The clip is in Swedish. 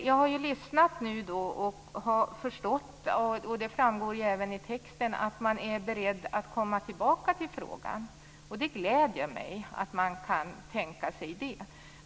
Jag har nu lyssnat och förstått, och det framgår även av texten, att man är beredd att komma tillbaka till denna fråga. Det gläder mig att man kan tänka sig det.